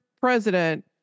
president